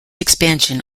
expansion